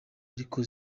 ariko